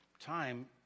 time